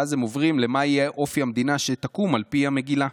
ואז הם עוברים למה יהיה אופי המדינה שתקום על פי המגילה.